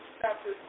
Chapter